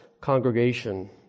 congregation